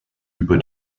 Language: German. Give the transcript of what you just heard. über